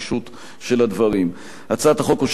הצעת החוק אושרה בהסכמה וללא הסתייגויות,